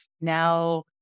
now